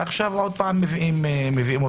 ועכשיו עוד פעם מביאים אותנו